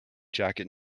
jacket